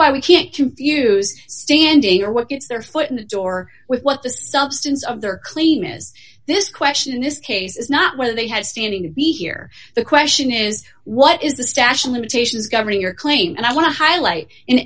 why we can't confuse standing or what gets their foot in the door with what the substance of their claim is this question in this case is not whether they have standing to be here the question is what is the stache limitations governing your claim and i want to highlight in